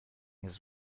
his